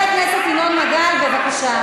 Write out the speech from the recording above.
על קיבוצניקים, את, חבר הכנסת ינון מגל, בבקשה.